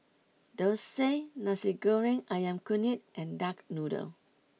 Thosai Nasi Goreng Ayam Kunyit and Duck Noodle